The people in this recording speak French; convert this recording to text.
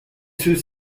ceux